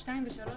(2) ו-(3),